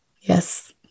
Yes